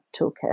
toolkit